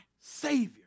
Savior